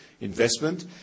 investment